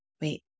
Wait